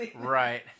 Right